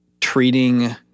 treating